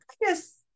yes